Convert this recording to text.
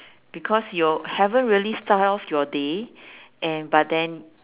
because you haven't really start off your day and but then